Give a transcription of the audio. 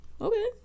Okay